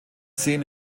sehen